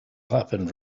happened